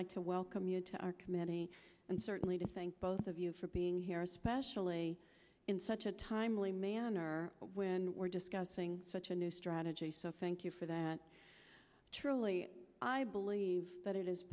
like to welcome you to our committee and certainly to thank both of you for being here especially in such a timely manner when we're discussing such a new strategy so thank you for that truly i believe that it